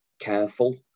careful